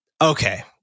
Okay